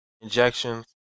injections